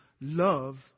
love